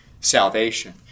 salvation